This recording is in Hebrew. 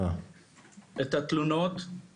הנתונים על חיבורים אי מוסדרים באותו ישוב הם מזעזעים.